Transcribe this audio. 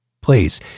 Please